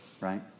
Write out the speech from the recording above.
Right